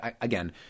again